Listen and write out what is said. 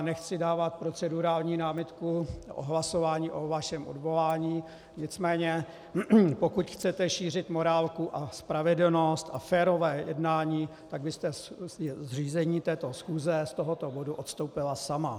Nechci dávat procedurální námitku o hlasování o vašem odvolání, nicméně pokud chcete šířit morálku a spravedlnost a férové jednání, tak byste z řízení této schůze z tohoto bodu odstoupila sama.